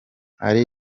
ari